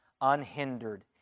unhindered